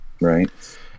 Right